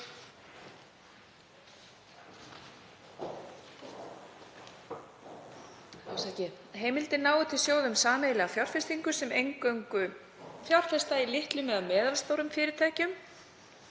Heimildin nái til sjóða um sameiginlega fjárfestingu sem eingöngu fjárfesta í litlum eða meðalstórum fyrirtækjum